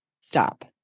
stop